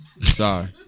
Sorry